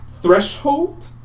threshold